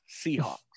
Seahawks